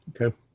Okay